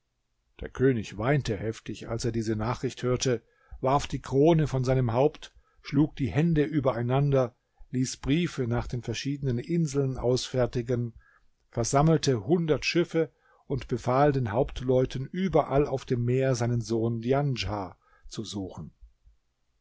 der könig weinte heftig als er diese nachricht hörte warf die krone von seinem haupt schlug die hände übereinander ließ briefe nach den verschiedenen inseln ausfertigen versammelte hundert schiffe und befahl den hauptleuten überall auf dem meer seinen sohn djanschah zu suchen